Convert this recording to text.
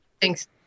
Thanks